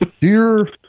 Dear